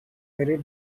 very